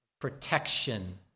protection